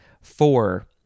Four